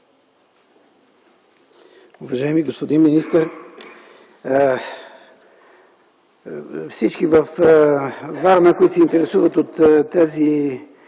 Уважаеми господин министър, всички във Варна, които се интересуват от